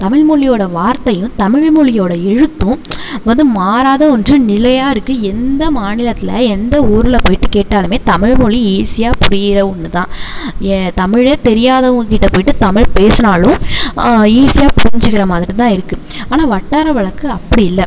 தமிழ்மொலியோட வார்த்தையும் தமிழ்மொழியோட எழுத்தும் வந்து மாறாத ஒன்று நிலையாக இருக்குது எந்த மாநிலத்தில் எந்த ஊர்ல போய்ட்டு கேட்டாலுமே தமிழ்மொலி ஈஸியாக புரிகிற ஒன்று தான் ஏன் தமிழே தெரியாதவங்க கிட்ட போய்ட்டு தமிழ் பேசுனாலும் ஈஸியாக புரிஞ்சிக்கிற மாதிரி தான் இருக்குது ஆனால் வட்டார வழக்கு அப்படி இல்லை